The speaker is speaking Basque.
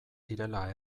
direla